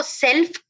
self